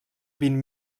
vint